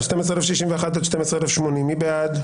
12,021 עד 12,040, מי בעד?